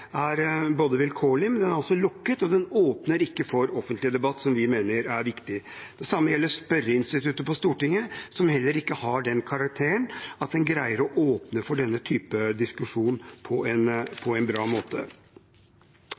er både vilkårlig og også lukket, og den åpner ikke for offentlig debatt, som vi mener er viktig. Det samme gjelder spørreinstituttet på Stortinget, som heller ikke har den karakteren at det greier å åpne for denne typen diskusjon på en bra måte.